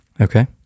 Okay